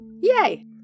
Yay